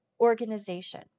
organization